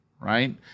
right